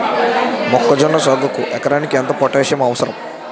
మొక్కజొన్న సాగుకు ఎకరానికి ఎంత పోటాస్సియం అవసరం?